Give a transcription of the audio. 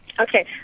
Okay